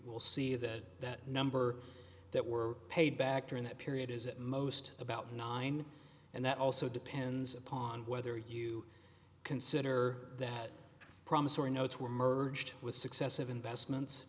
will see that that number that were paid back during that period is at most about nine and that also depends upon whether you consider that promissory notes were merged with successive investments